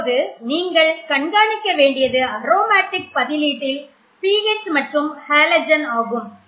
இப்போது நீங்கள் கண்காணிக்க வேண்டியது அரோமேட்டிக் பதிலீட்டில் pH மற்றும் ஹலோஜன் ஆகும்